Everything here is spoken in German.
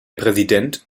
präsident